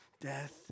Death